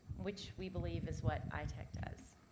which we believe is what itech does.